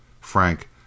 Frank